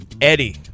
Eddie